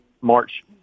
March